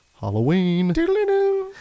Halloween